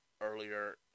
earlier